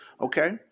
Okay